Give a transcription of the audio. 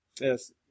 Yes